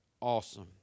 awesome